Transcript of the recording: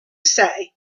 say